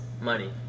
money